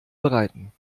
bereiten